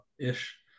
ish